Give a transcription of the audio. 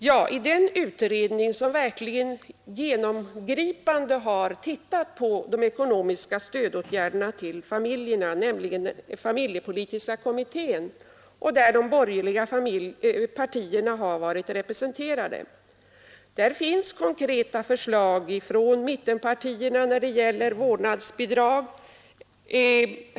Men i den utredning som verkligen mycket grundligt har granskat de ekonomiska stödåtgärderna till familjerna, nämligen familjepolitiska kommittén — där de borgerliga partierna har varit representerade — finns konkreta förslag från mittenpartierna när det gäller vårdnadsbidrag.